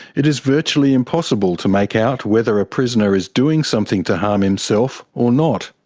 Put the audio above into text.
it is virtually impossible to make out whether a prisoner is doing something to harm himself or not.